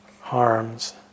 harms